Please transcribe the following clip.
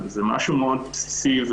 זה משהו מאוד בסיסי,